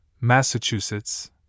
Massachusetts